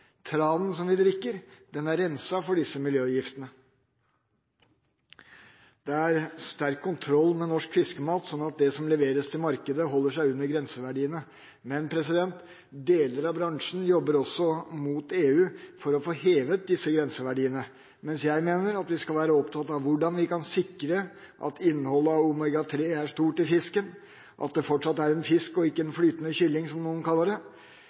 Tranen som vi drikker, er renset for disse miljøgiftene. Det er sterk kontroll med norsk fiskemat, sånn at det som leveres til markedet, holder seg under grenseverdiene. Deler av bransjen jobber også mot EU for å få hevet disse grenseverdiene, men jeg mener at vi skal være opptatt av hvordan vi kan sikre at innholdet av omega 3 er stort i fisken, at det fortsatt er en fisk – ikke en flytende kylling, som noen kaller det